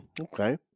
okay